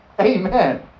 Amen